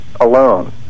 alone